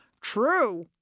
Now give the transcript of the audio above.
True